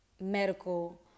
medical